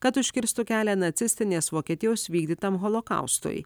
kad užkirstų kelią nacistinės vokietijos vykdytam holokaustui